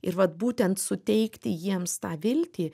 ir vat būtent suteikti jiems tą viltį